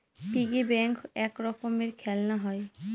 piggy bank এক রকমের খেলনা হয়